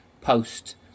post